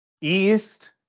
East